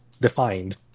defined